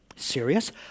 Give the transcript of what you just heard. serious